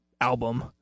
album